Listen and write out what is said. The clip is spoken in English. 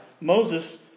Moses